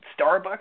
Starbucks